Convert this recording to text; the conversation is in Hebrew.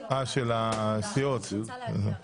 התשפ"ב-2022 (פ/2994/24) של חברת הכנסת עידית סילמן.